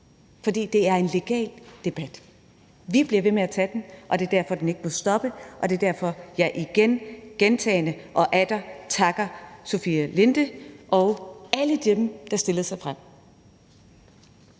for det er en legal debat, og vi bliver ved med at tage den. Det er derfor, den ikke må stoppe, og det er derfor, jeg igen, gentagende og atter en gang, takker Sofie Linde og alle dem, der stillede sig frem.